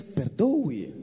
perdoe